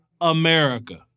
America